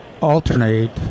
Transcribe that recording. alternate